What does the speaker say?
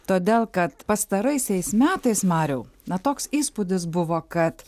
todėl kad pastaraisiais metais mariau na toks įspūdis buvo kad